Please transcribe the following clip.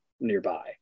nearby